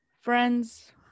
Friends